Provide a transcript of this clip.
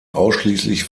ausschließlich